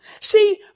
See